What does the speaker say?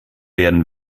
werden